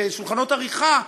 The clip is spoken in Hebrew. בשולחנות עריכה,